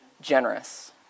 generous